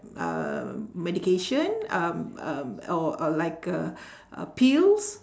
um medication um um or or like a pills